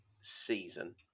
season